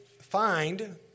find